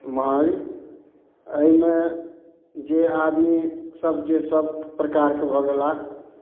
महज अइमे जे आदमी सब जे सब प्रकारके भऽ गेलाह